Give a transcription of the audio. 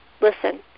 listen